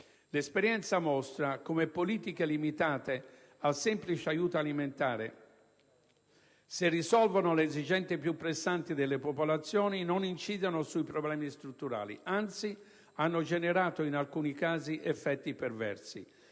L'esperienza mostra come politiche limitate al semplice aiuto alimentare, se risolvono le esigenze più pressanti delle popolazioni, non incidono sui problemi strutturali, anzi hanno generato in alcuni casi effetti perversi.